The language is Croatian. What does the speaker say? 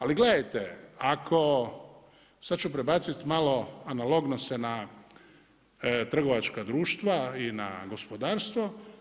Ali gledajte ako, sad ću prebaciti malo analogno se na trgovačka društva i na gospodarstvo.